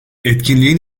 etkinliğin